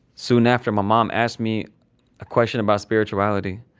soon after, my mom asked me a question about spirituality.